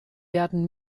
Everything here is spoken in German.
werden